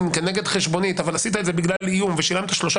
כנגד חשבונית אבל עשית את זה בגלל איום ושילמת שלושה